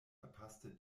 verpasste